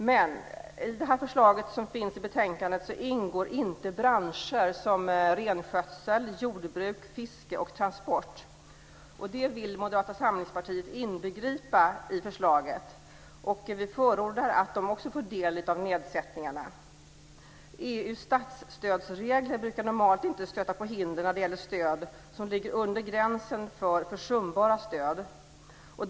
Men i det förslag som finns i betänkandet ingår inte branscher som renskötsel, jordbruk, fiske och transport. Det vill Moderata samlingspartiet inbegripa i förslaget. Vi förordar att de också får del av nedsättningarna. EU:s statsstödsregler brukar normalt inte stöta på hinder när det gäller stöd som ligger under gränsen för försumbara stöd.